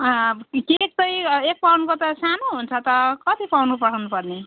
अँ केक चाहिँ एक पाउन्डको त सानो हुन्छ त कति पाउन्डको पठाउनु पर्ने